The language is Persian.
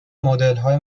مدلهای